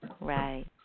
Right